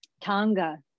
Tonga